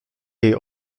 jej